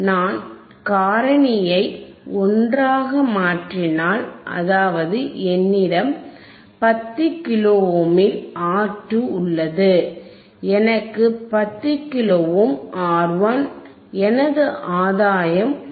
நான் காரணியை 1 ஆக மாற்றினால் அதாவது என்னிடம் 10 கிலோ ஓமில் R2 உள்ளது எனக்கு 10 கிலோ ஓம் R1 எனது ஆதாயம் 1 ஆக இருக்கும்